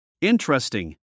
Interesting